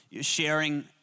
sharing